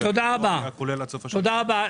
תודה רבה.